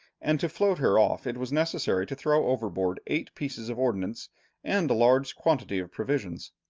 and to float her off it was necessary to throw overboard eight pieces of ordnance and a large quantity of provisions.